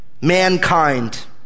mankind